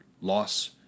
loss